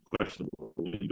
questionable